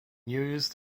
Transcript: used